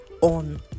on